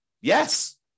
Yes